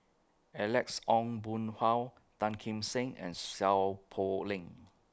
Alex Ong Boon Hau Tan Kim Seng and Seow Poh Leng